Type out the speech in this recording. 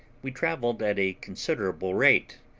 we travelled at a considerable rate,